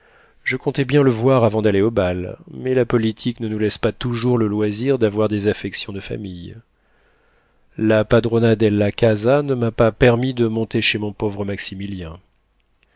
je comptais bien le voir avant d'aller au bal mais la politique ne nous laisse pas toujours le loisir d'avoir des affections de famille la padrona della casa ne m'a pas permis de monter chez mon pauvre maximilien